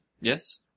Yes